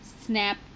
Snap